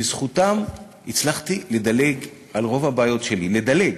שבזכותם הצלחתי לדלג על רוב הבעיות שלי, לדלג,